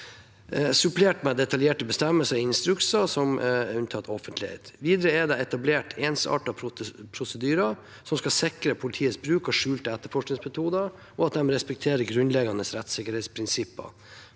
supplert med detaljerte bestemmelser i instrukser som er unntatt offentligheten. Videre er det etablert ensartede prosedyrer som skal sikre at politiets bruk av skjulte etterforskningsmetoder respekterer grunnleggende rettssikkerhetsprinsipper,